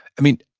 i mean,